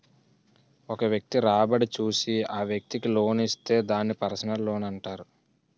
ఒక వ్యక్తి రాబడి చూసి ఆ వ్యక్తికి లోన్ ఇస్తే దాన్ని పర్సనల్ లోనంటారు